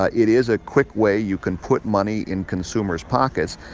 ah it is a quick way you can put money in consumers' pockets.